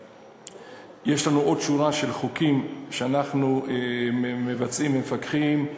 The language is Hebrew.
יש לנו עוד שורה של חוקים שאנחנו מבצעים ומפקחים.